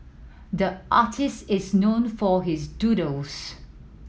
the artist is known for his doodles